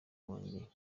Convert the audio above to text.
wanjye